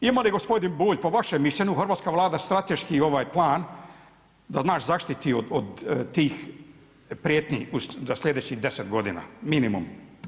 Ima li gospodin Bulj, po vašem mišljenju hrvatska Vlada strateški plan da nas zaštiti od tih prijetnji za sljedećih 10 godina minimum?